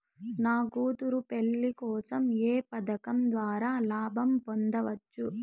నా కూతురు పెళ్లి కోసం ఏ పథకం ద్వారా లాభం పొందవచ్చు?